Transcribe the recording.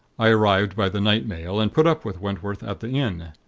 i arrived by the night mail, and put up with wentworth at the inn.